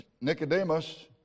Nicodemus